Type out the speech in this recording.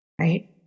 Right